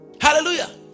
Hallelujah